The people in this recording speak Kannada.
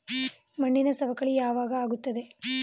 ಮಣ್ಣಿನ ಸವಕಳಿ ಯಾವಾಗ ಆಗುತ್ತದೆ?